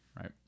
right